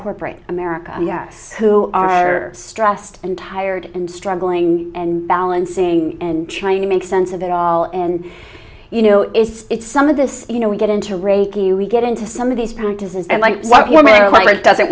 corporate america yes who are stressed and tired and struggling and balancing and trying to make sense of it all and you know it's some of this you know we get into reiki we get into some of these practices and i like wh